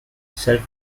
self